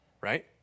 Right